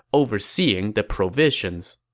overseeing the provisions.